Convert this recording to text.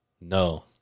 No